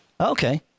Okay